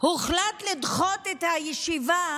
הוחלט לדחות את הישיבה,